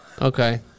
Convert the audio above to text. Okay